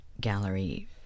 Gallery